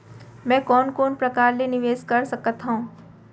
मैं कोन कोन प्रकार ले निवेश कर सकत हओं?